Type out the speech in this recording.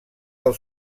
del